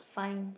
fine